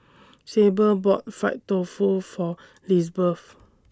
Sable bought Fried Tofu For Lizbeth